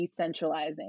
decentralizing